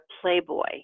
playboy